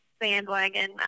bandwagon